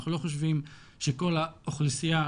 אנחנו לא חושבים שכל האוכלוסייה,